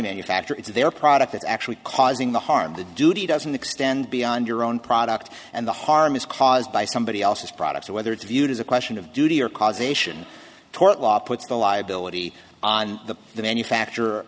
manufacturer it's their product that's actually causing the harm the duty doesn't extend beyond your own product and the harm is caused by somebody else's products whether it's viewed as a question of duty or causation tort law puts the liability on th